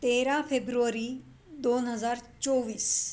तेरा फेब्रुवारी दोन हजार चोवीस